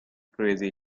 crazy